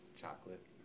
Chocolate